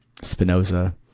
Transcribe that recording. Spinoza